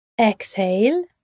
exhale